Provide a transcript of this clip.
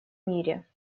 мире